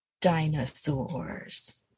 Dinosaurs